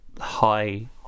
high